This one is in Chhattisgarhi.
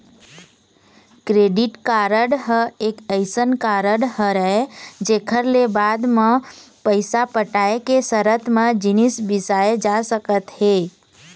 क्रेडिट कारड ह एक अइसन कारड हरय जेखर ले बाद म पइसा पटाय के सरत म जिनिस बिसाए जा सकत हे